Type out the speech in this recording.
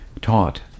taught